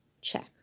check